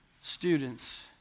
students